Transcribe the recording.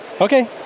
Okay